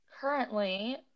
currently